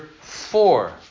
four